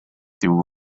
through